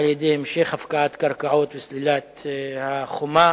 על-ידי המשך הפקעת קרקעות וסלילת החומה,